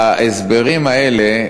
ההסברים האלה,